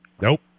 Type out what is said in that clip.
Nope